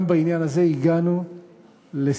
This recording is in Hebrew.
גם בעניין זה הגענו לסיכום,